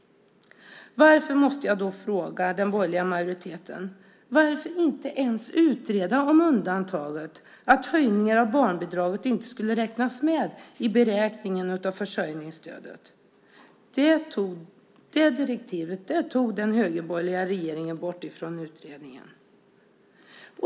Varför måste jag då fråga den borgerliga majoriteten: Varför inte ens utreda om undantaget, att höjningar av barnbidraget inte skulle räknas med i beräkningen av försörjningsstödet? Det direktivet tog den högerborgerliga regeringen bort från utredningen.